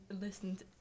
listened